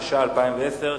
התש"ע 2010,